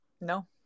no